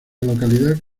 localidad